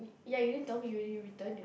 ya you didn't tell me you already return